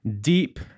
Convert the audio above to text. deep